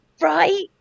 Right